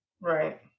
Right